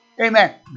Amen